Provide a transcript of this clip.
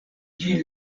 ĝin